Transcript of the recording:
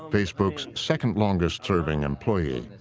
facebook's second-longest serving employee,